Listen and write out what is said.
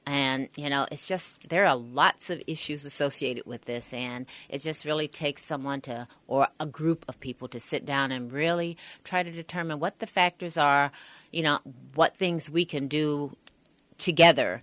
and you know it's just there are a lots of issues associated with this and it's just really take someone or a group of people to sit down and really try to determine what the factors are you know what things we can do together